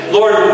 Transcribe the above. Lord